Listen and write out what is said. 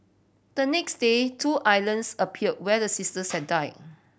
the next day two islands appeared where the sisters had died